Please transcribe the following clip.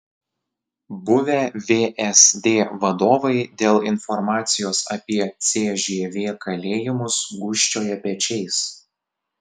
buvę vsd vadovai dėl informacijos apie cžv kalėjimus gūžčioja pečiais